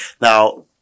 Now